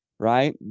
Right